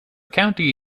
county